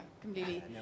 completely